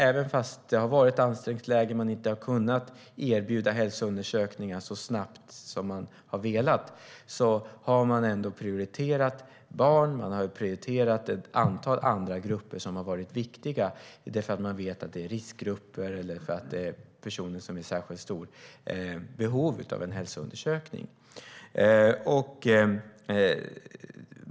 Även om det har varit ett ansträngt läge och man inte har kunnat erbjuda hälsoundersökningar så snabbt som man har velat har man ändå prioriterat barn och ett antal andra grupper som har varit viktiga i de fall man vet att det handlar om riskgrupper eller personer som är i särskilt stort behov av en hälsoundersökning.